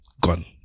gone